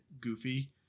goofy